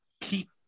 keep